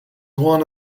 one